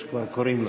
איך שקוראים לו.